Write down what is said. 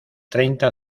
treinta